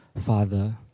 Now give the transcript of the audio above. Father